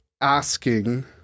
asking